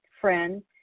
friend